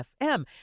FM